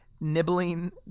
nibbling